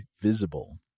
Visible